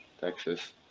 Texas